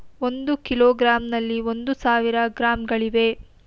ಒಂದು ಕಿಲೋಗ್ರಾಂನಲ್ಲಿ ಒಂದು ಸಾವಿರ ಗ್ರಾಂಗಳಿವೆ